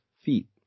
feet